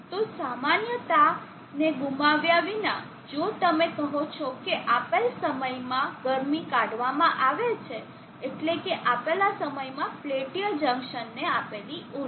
તો સામાન્યતાને ગુમાવ્યા વિના જો તમે કહો છો કે આપેલ સમયમાં ગરમી કાઢવામાં આવે છે એટલેકે આપેલા સમયમાં પેલ્ટીયર જંકશનને આપેલ ઊર્જા